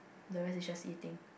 the rest is just eating